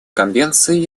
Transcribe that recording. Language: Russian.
конвенции